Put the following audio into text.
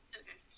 okay